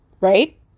right